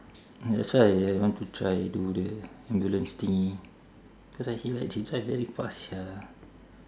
that's why I I want to try do the ambulance thingy cause I see like chin cai very fast sia